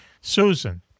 Susan